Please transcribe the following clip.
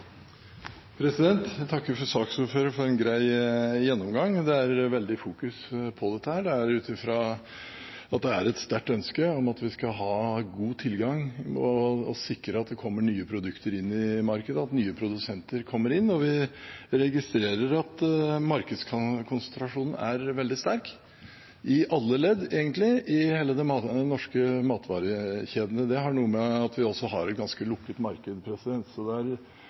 til. Jeg takker saksordføreren for en grei gjennomgang. Det er et veldig sterkt fokus på dette. Det er ut fra at det er et sterkt ønske om at vi skal ha god tilgang til og sikre at det kommer nye produkter inn i markedet, og at nye produsenter kommer inn. Vi registrerer at markedskonsentrasjonen er veldig sterk i alle ledd, egentlig, i de norske matvarekjedene. Det har noe å gjøre med at vi også har et ganske lukket marked, så det